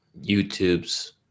YouTube's